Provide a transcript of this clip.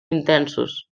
intensos